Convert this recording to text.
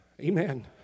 Amen